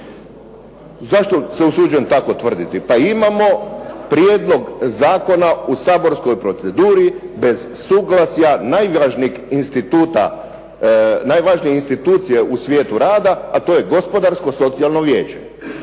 Zašto se usuđujem tako tvrditi? Pa imamo Prijedlog zakona u saborskoj proceduri bez suglasja najvažnijeg institucije u svijetu rada a to je Gospodarsko socijalno vijeće.